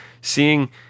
seeing